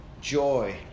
joy